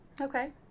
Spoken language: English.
Okay